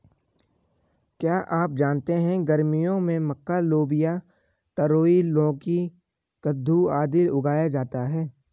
क्या आप जानते है गर्मियों में मक्का, लोबिया, तरोई, लौकी, कद्दू, आदि उगाया जाता है?